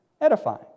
edifying